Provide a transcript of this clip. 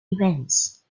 events